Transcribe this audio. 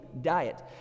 diet